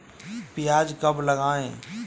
प्याज कब लगाएँ?